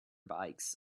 bikes